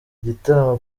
igitaramo